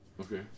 Okay